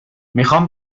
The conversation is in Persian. میخوام